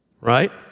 right